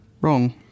wrong